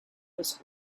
was